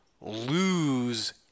lose